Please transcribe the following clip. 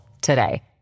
today